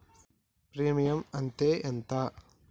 Premium అత్తే ఎంత?